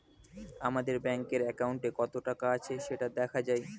আমাদের ব্যাঙ্কের অ্যাকাউন্টে কত টাকা আছে সেটা দেখা যায়